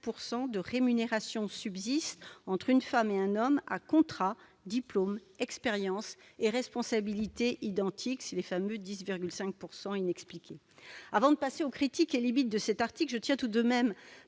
de rémunération subsiste entre une femme et un homme à contrat, diplôme, expérience et responsabilité identiques. Ce sont les fameux 10,5 % inexpliqués. Avant de passer aux critiques sur les limites de cet article, je tiens tout de même